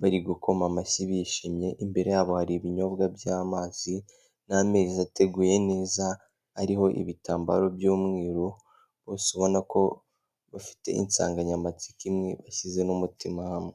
bari gukoma amashyi bishimye, imbere yabo hari ibinyobwa by'amazi n'ameza ateguye neza ariho ibitambaro by'umweru, bose ubona ko bafite insanganyamatsiko imwe bashyize n'umutima hamwe.